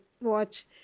watch